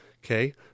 Okay